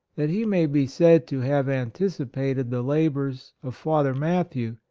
that he may be said to have an ticipated the labors of father mat thew,